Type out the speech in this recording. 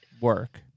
work